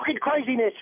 craziness